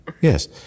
yes